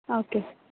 okay